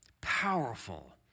powerful